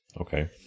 Okay